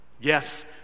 Yes